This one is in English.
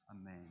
amen